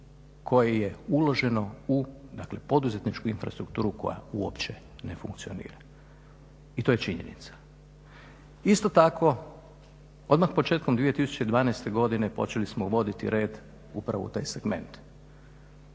koje je uloženo u poduzetničku infrastrukturu koja uopće ne funkcionira. I to je činjenica. Isto tako odmah početkom 2012.godine počeli smo uvoditi red upravo u taj segment.